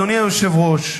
אדוני היושב-ראש,